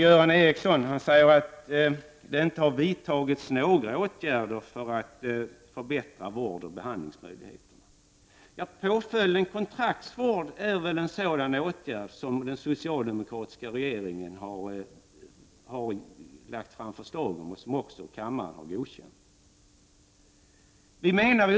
Göran Ericsson säger att det inte har vidtagits några åtgärder i syfte att förbättra vårdoch behandlingsmöjligheterna. Men straffpåföljden kontraktsvård är väl ändå ett exempel på en åtgärd som har vidtagits. Kontraktsvården är resultatet av ett förslag från den socialdemokratiska regeringen som senare har godkänts av kammaren.